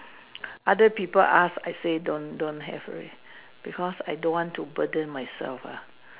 other people ask I say don't don't have already because I don't want to burden myself ah